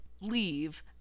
leave